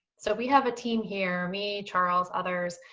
so we have a team here, me, charles, others,